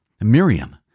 Miriam